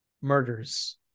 murders